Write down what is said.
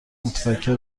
متفکر